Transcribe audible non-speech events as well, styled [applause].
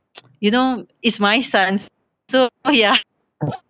[noise] you know it's my son so ya [laughs]